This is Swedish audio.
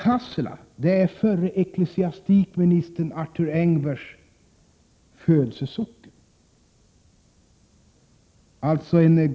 Hassela är förre ecklesiastikministern Arthur Engbergs födelsesocken.